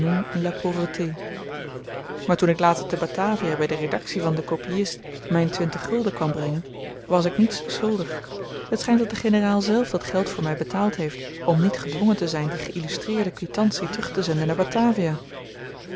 maar toen ik later te batavia by de redaktie van den kopiist myn twintig gulden kwam brengen was ik niets schuldig het schynt dat de generaal zelf dat geld voor my betaald heeft om niet gedwongen te zyn die geillustreerde kwitantie terug te zenden naar batavia